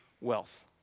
wealth